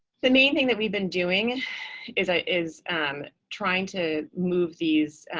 the main thing that we've been doing and is ah is um trying to move these